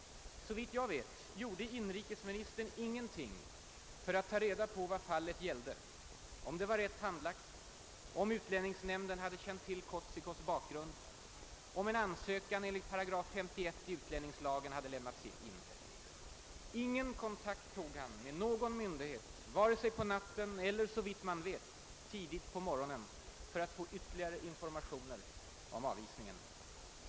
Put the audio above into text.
Såvitt jag vet gjorde inrikesministern ingenting för att ta reda på vad fallet gälide, om det var rätt handlagt, om utlänningsnämnden hade känt till Kotzikos” bakgrund eller om en ansökan enligt 51 § utlänningslagen hade lämnats in. Ingen kontakt tog han med någon myndighet, vare sig på natten eller, såvitt man vet, tidigt på morgonen för att få ytterligare informationer om avvisningen.